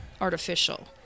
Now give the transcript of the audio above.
artificial